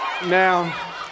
Now